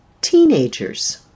teenagers